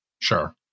Sure